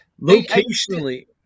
locationally